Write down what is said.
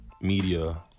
media